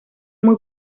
muy